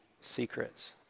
secrets